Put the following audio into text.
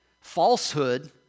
Falsehood